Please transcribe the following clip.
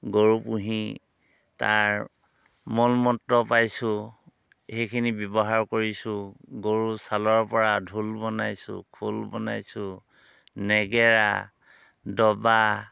গৰু পুহি তাৰ মলমূত্ৰ পাইছোঁ সেইখিনি ব্যৱহাৰ কৰিছোঁ গৰুৰ ছালৰ পৰা ঢোল বনাইছোঁ খোল বনাইছোঁ নেগেৰা ডবা